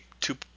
two